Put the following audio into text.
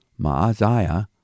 Maaziah